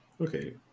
Okay